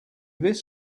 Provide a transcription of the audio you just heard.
this